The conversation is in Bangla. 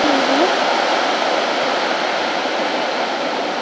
হুম হুম আচ্ছা